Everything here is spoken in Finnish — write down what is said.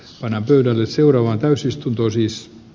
sen pöydälle seuraavaan täysistunto siis